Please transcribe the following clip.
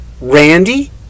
Randy